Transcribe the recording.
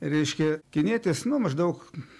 reiškia kinietis nu maždaug